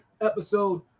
episode